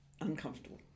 uncomfortable